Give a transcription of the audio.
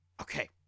Okay